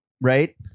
right